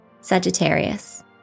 Sagittarius